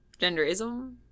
Genderism